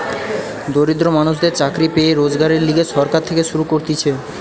দরিদ্র মানুষদের চাকরি পেয়ে রোজগারের লিগে সরকার থেকে শুরু করতিছে